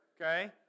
Okay